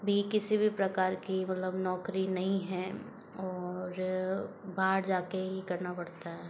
किसी भी प्रकार की मतलब नौकरी नहीं है और बाहर जाकर ही करना पड़ता है